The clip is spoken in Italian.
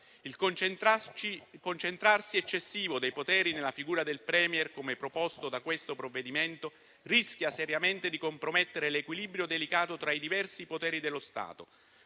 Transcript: Il concentrarsi eccessivo dei poteri nella figura del *Premier*, come proposto da questo provvedimento, rischia seriamente di compromettere l'equilibrio delicato tra i diversi poteri dello Stato,